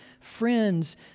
friends